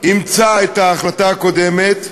אימצה את ההחלטה הקודמת.